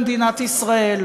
למדינת ישראל.